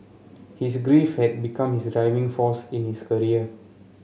his grief had become his driving force in his career